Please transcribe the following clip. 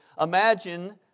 Imagine